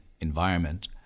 environment